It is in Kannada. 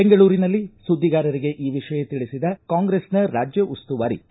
ಬೆಂಗಳೂರಿನಲ್ಲಿ ಸುದ್ದಿಗಾರರಿಗೆ ಈ ವಿಷಯ ತಿಳಿಸಿದ ಕಾಂಗ್ರೆಸ್ನ ರಾಜ್ಯ ಉಸ್ತುವಾರಿ ಕೆ